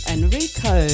Enrico